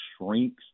shrinks